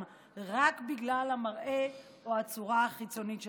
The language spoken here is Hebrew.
רק בגלל המראה או הצורה החיצונית שלהם.